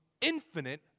infinite